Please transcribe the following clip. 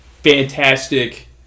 Fantastic